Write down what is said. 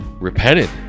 repented